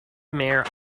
mare